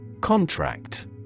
Contract